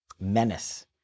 menace